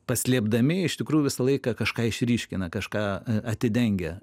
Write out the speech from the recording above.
paslėpdami iš tikrųjų visą laiką kažką išryškina kažką atidengia